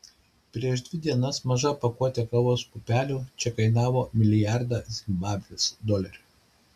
prieš dvi dienas maža pakuotė kavos pupelių čia kainavo milijardą zimbabvės dolerių